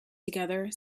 together